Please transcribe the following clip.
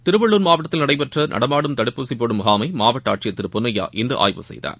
திருவள்ளுர் மாவட்டத்தில் நடைபெற்ற நடமாடும் தடுப்பூசி போடும் முகாமை மாவட்ட ஆட்சியர் திரு பொன்னையா இன்று ஆய்வு செய்தார்